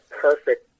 perfect